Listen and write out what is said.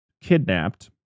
kidnapped